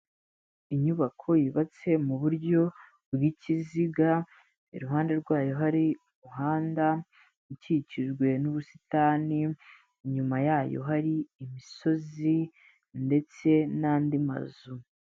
Inyubako yubatse mu buryo bw'ikiziga, iruhande rwayo hari umuhanda ukikijwe n'ubusitani, inyuma yayo hari imisozi ndetse n'andi mazu.